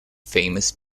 famous